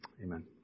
amen